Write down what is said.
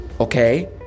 okay